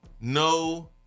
No